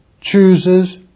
chooses